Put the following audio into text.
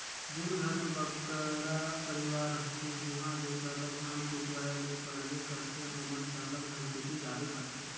जेन घर में बगरा परिवार रहथें उहां दो सरलग धान कुटवाए ले परबे करथे ओमन सरलग धनकुट्टी जाबे करथे